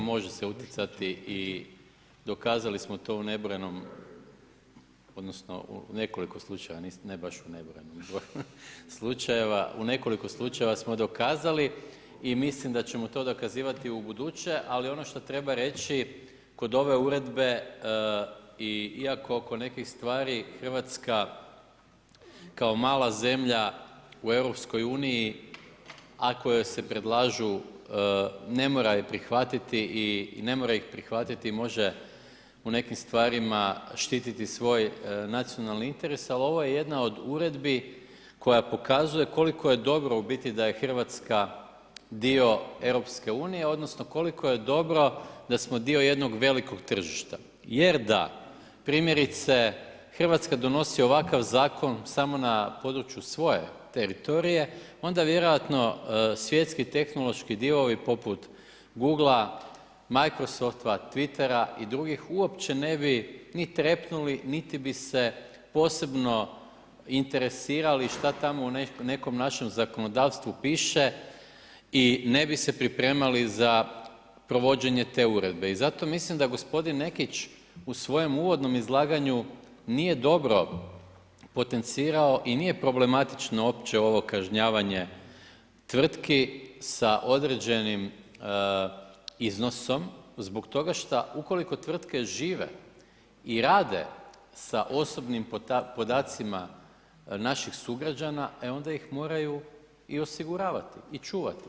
Može se utjecati i dokazali smo to u nebrojenom, odnosno u nekoliko slučajeva, ne baš u ... u nekoliko slučajeva smo dokazali i mislim da ćemo to dokazivati i ubuduće, ali ono što treba reći, kod ove Uredbe i iako oko nekih stvari Hrvatska kao mala zemlja u EU, ako joj se predlažu ne mora je prihvatiti i ne mora ih prihvatiti i može u nekim stvarima štititi svoj nacionalni interes, ali ovo je jedna od uredbi koja pokazuje koliko je dobro u biti, da je RH dio EU, odnosno koliko je dobro da smo dio jednog velikog tržišta jer da, primjerice, RH donosi ovakav Zakon samo na području svoje teritorije, onda vjerojatno svjetski tehnološki divovi poput Google-a, Microsoft-a, Twiter-a i drugih uopće ne bi ni trepnuli niti bi se posebno interesirali šta tamo u nekom našem zakonodavstvu piše i ne bi se pripremali za provođenje te uredbe i zato mislim da gospodin Nekić u svojem uvodnom izlaganju, nije dobro potencirao i nije problematično uopće ovo kažnjavanje tvrtki sa određenim iznosom, zbog toga šta, ukoliko tvrtke žive i rade sa osobnim podacima naših sugrađana, e onda ih moraju i osiguravati i čuvati.